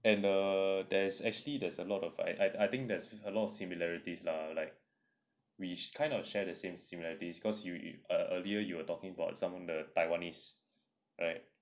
and err there there's actually there's a lot of I I I think there's a lot of similarities lah like we kind of share the same similarities cause you you earlier you were talking about some of the taiwanese right